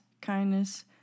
kindness